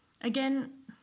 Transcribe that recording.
Again